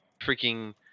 freaking